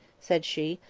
said she,